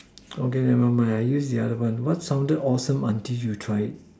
okay never mind I use the other one what sounded awesome until you tried it